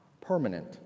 permanent